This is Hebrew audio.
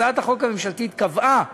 הצעת החוק הממשלתית קבעה